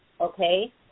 okay